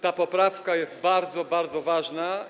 Ta poprawka jest bardzo, bardzo ważna.